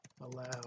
allow